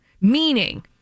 meaning